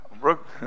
Brooke